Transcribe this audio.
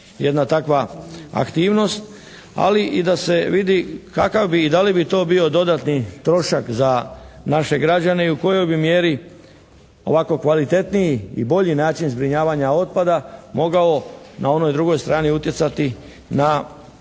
jedna takva aktivnost, ali i da se vidi kakav bi i da li bi to bio dodatni trošak za naše građane i u kojoj bi mjeri ovako kvalitetniji i bolji način zbrinjavanja otpada mogao na onoj drugoj strani utjecati na negativan